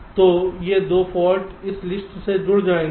तो ये 2 फाल्ट इस लिस्ट में जुड़ जाएंगे